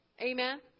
Amen